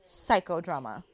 psychodrama